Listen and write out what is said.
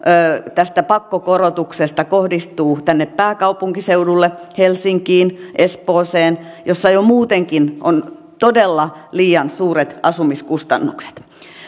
tästä pakkokorotuksesta kohdistuu tänne pääkaupunkiseudulle helsinkiin espooseen missä jo muutenkin on todella liian suuret asumiskustannukset